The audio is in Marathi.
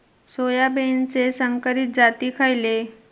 सोयाबीनचे संकरित जाती खयले?